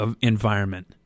environment